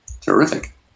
Terrific